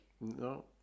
No